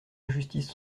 injustices